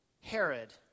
Herod